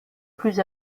plus